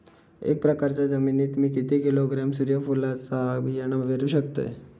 एक एकरच्या जमिनीत मी किती किलोग्रॅम सूर्यफुलचा बियाणा पेरु शकतय?